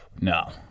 No